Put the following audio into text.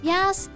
Yes